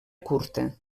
curta